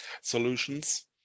solutions